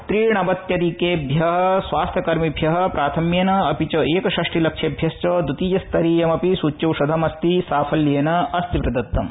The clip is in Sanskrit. त्रिणवत्यधिकेभ्यः स्वास्थ्यकर्मिभ्यः प्राथम्येन अपि च एकषष्टिलक्षेभ्यश्च द्वितीयस्तरीयमपि सूच्यौषधमिमं साफल्येन अस्ति प्रदतम्